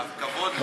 ואף כבוד להיות.